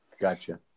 Gotcha